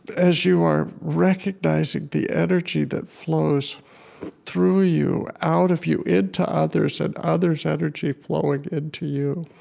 as you are recognizing the energy that flows through you, out of you, into others, and others' energy flowing into you,